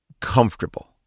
comfortable